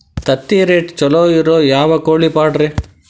ತತ್ತಿರೇಟ್ ಛಲೋ ಇರೋ ಯಾವ್ ಕೋಳಿ ಪಾಡ್ರೇ?